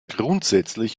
grundsätzlich